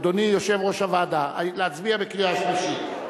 אדוני יושב-ראש הוועדה, להצביע בקריאה שלישית?